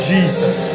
Jesus